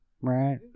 right